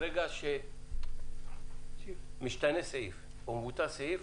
ברגע שמשתנה סעיף או מבוטל סעיף,